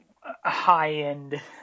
high-end